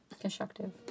Constructive